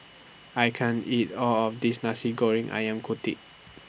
I can't eat All of This Nasi Goreng Ayam Kunyit